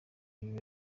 ibi